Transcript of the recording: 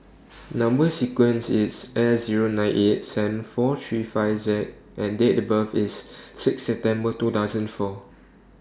Number sequence IS S Zero nine eight seven four three five Z and Date of birth IS six September two thousand and four